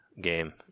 game